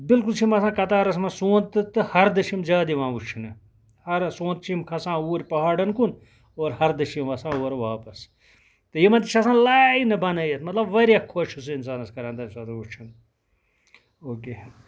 بالکُل چھِ یِم آسان کَتارَس منٛز سونتھ تہٕ تہِ ہَردٕ چھِ یِم زیادٕ یِوان وُچھنہٕ ہر سونتھ چھِ یِم کھسان اوٗر پَہاڑن کُن اور ہردٕ چھِ وَسان یِم اورٕ واپَس تہٕ یِمن تہِ چھِ آسان لاینہٕ بَنٲوِتھ مطلب واریاہ خۄش چھُ سُہ اِنسان کران تَمہِ ساتہٕ وُچھُن اوکے